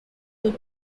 they